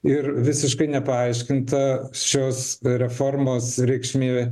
ir visiškai nepaaiškinta šios reformos reikšmė